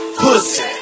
pussy